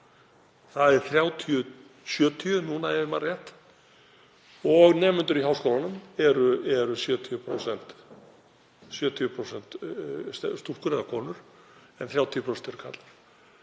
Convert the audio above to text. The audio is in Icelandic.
Það er 30/70 núna, ef ég man rétt, og nemendur í háskólunum eru 70% stúlkur eða konur, en 30% eru karlar.